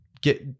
get